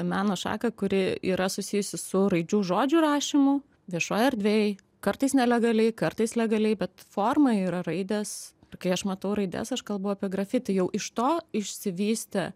meno šaką kuri yra susijusi su raidžių žodžių rašymu viešoj erdvėj kartais nelegaliai kartais legaliai bet forma yra raidės kai aš matau raides aš kalbu apie grafiti jau iš to išsivystė